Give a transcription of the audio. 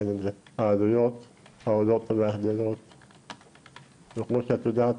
בין אם זה העלויות העולות כמו שאת יודעת,